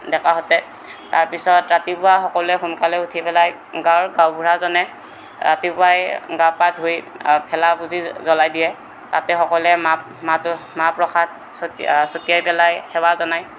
ডেকাহঁতে তাৰপিছত ৰাতিপুৱা সকলোৱে সোনকালে উঠি পেলাই গাঁৱৰ গাঁওবুঢ়াজনে ৰাতিপুৱাই গা পা ধুই ভেলাপুঁজি জলাই দিয়ে তাতে সকলোৱে মাহ মাহ প্ৰসাদ চ চটিয়াই পেলাই সেৱা জনাই